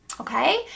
Okay